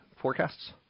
forecasts